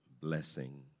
Blessing